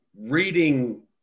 Reading